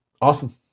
Awesome